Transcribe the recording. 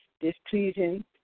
displeasing